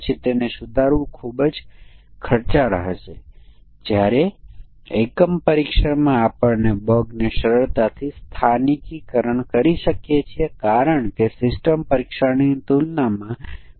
અત્યાર સુધી આપણે બ્લેક બોક્સ પરીક્ષણ તકનીકીઓ સમકક્ષતા પરીક્ષણ અને વિશેષ મૂલ્ય પરીક્ષણ તરફ ધ્યાન આપ્યું